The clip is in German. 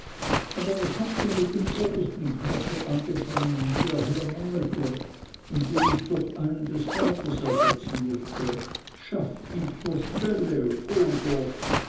aber habt ihr mit dem obersten knopfe angefangen der hier mangelte und den ich durch einen des vaters ersetzen mußte schafft ihn zur stelle oder